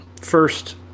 First